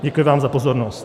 Děkuji vám za pozornost.